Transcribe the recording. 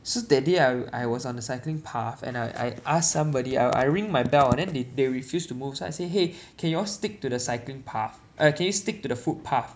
so that day I I was on the cycling path and I I ask somebody I I ring my bell and then they they refused to move so I say !hey! can you all stick to the cycling path err can you stick to the footpath